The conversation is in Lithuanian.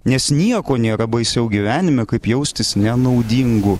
nes nieko nėra baisiau gyvenime kaip jaustis nenaudingu